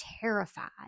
terrified